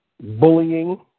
bullying